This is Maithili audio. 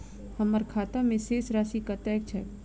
हम्मर खाता मे शेष राशि कतेक छैय?